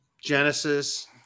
Genesis